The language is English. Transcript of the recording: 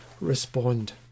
respond